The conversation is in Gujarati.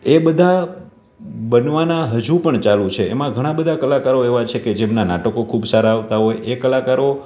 એ બધાં બનવાનાં હજુ પણ ચાલુ છે એમાં ઘણા બધા કલાકારો એવા છે કે જેમના નાટકો ખૂબ સારાં આવતાં હોય એ કલાકારો